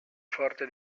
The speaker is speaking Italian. forti